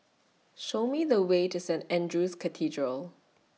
Show Me The Way to Saint Andrew's Cathedral